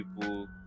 people